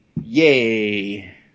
Yay